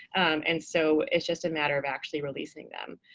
and so it's just a matter of actually releasing them.